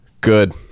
Good